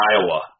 Iowa